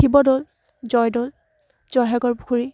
শিৱদৌল জয়দৌল জয়সাগৰ পুখুৰী